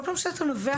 כל פעם שאתה נובח,